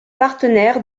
partenaire